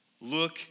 Look